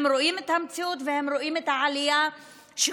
הם רואים את המציאות והם רואים את העלייה שקורית.